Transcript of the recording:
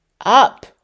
up